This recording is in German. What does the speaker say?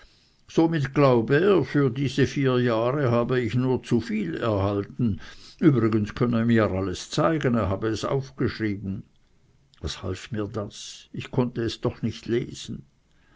somit glaube er für diese vier jahre habe ich nur zu viel erhalten übrigens könne er mir alles zeigen er habe es aufgeschrieben was half mir aber das konnte ich es doch nicht lesen